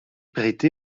prêté